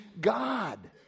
God